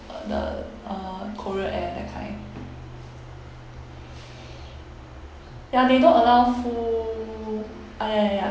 uh the korea air that kind ya they don't allow full uh ya ya